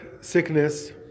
sickness